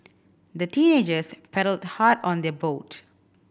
the teenagers paddled hard on their boat